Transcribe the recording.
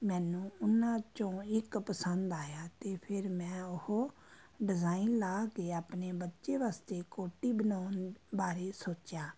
ਮੈਨੂੰ ਉਹਨਾਂ 'ਚੋਂ ਇੱਕ ਪਸੰਦ ਆਇਆ ਅਤੇ ਫਿਰ ਮੈਂ ਉਹ ਡਿਜ਼ਾਇਨ ਲਾ ਕੇ ਆਪਣੇ ਬੱਚੇ ਵਾਸਤੇ ਕੋਟੀ ਬਣਾਉਣ ਬਾਰੇ ਸੋਚਿਆ